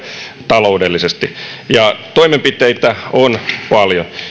taloudellisesti toimenpiteitä on paljon